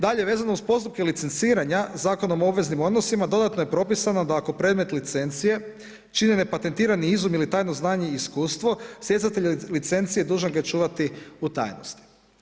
Dalje, vezano uz postupke licenciranja Zakonom o obveznim odnosima dodatno je propisano da ako predmet licencije čine nepatentirani izumi ili tajno znanje i iskustvo stjecatelj licence je dužan ga čuvati u tajnosti.